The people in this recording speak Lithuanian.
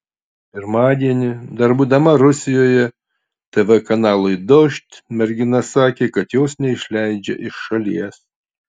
pirmadienį dar būdama rusijoje tv kanalui dožd mergina sakė kad jos neišleidžia iš šalies